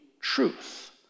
truth